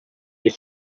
your